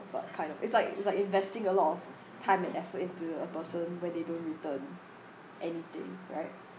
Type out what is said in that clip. but kind of it's like it's like investing a lot of time and effort into a person when they don't return anything right